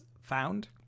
found